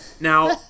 Now